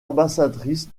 ambassadrice